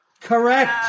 Correct